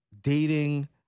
dating